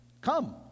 Come